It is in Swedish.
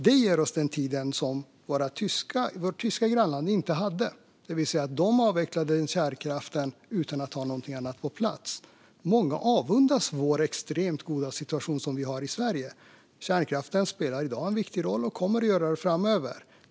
Det ger oss den tid som vårt tyska grannland inte hade, det vill säga de avvecklade kärnkraften utan att ha något annat på plats. Många avundas den extremt goda situation som råder i Sverige. Kärnkraften spelar i dag en viktig roll och kommer att göra det framöver.